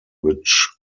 which